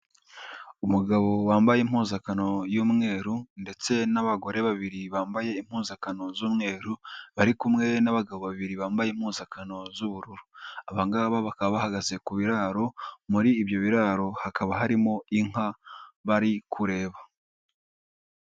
Umugabo wambaye impuzakano y'umweru, ndetse n'abagore babiri bambaye impuzakano z'umweru, bari kumwe n'abagabo babiri bambaye impuzakano z'ubururu. Abangaba bakaba bahagaze ku biraro, muri ibyo biraro hakaba harimo inka bari kureba.